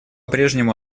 прежнему